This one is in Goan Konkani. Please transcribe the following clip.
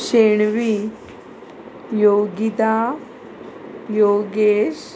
शेणवी योगिता योगेश